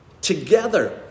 together